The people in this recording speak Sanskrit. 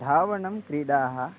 धावनक्रीडाः